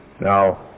Now